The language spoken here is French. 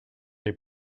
les